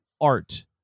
Art